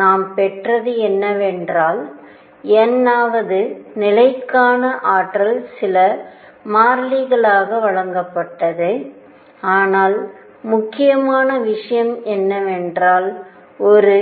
நாம் பெற்றது என்னவென்றால் n வது நிலைக்கான ஆற்றல் சில மாறிலிகளாக வழங்கப்பட்டது ஆனால் முக்கியமான விஷயம் என்னவென்றால் ஒரு